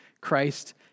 Christ